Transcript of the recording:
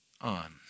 on